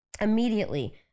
Immediately